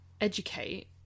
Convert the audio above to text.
educate